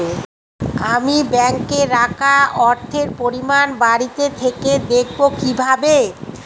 আমি ব্যাঙ্কে রাখা অর্থের পরিমাণ বাড়িতে থেকে দেখব কীভাবে?